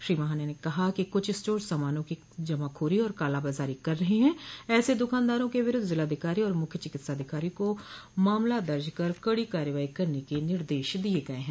श्री महाना ने कहा कि कुछ स्टोर सामानों की जमाखोरी और कालाबाजारी कर रहे हैं ऐसे द्रकानदारों के विरूद्ध जिलाधिकारी और मुख्य चिकित्साधिकारी को मामला दर्ज कर कड़ी कार्रवाई करने के निर्देश दिये गये हैं